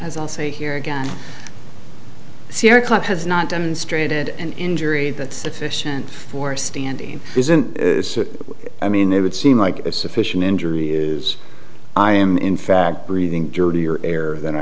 as i'll say here again the sierra club has not demonstrated an injury that's sufficient for standing isn't it i mean it would seem like a sufficient injury is i am in fact breathing dirtier air than